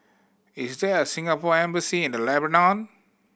is there a Singapore Embassy in the Lebanon